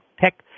tech